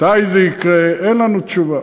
מתי זה יקרה, אין לנו תשובה.